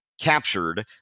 captured